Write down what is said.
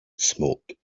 smoke